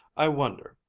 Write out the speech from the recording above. i wonder,